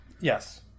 Yes